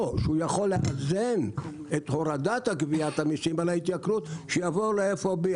פה שהוא יכול לאזן את הורדת גביית המיסים על ההתייקרות שיעבור ל-FOB.